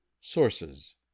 SOURCES